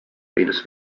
venus